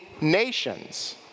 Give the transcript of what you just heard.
nations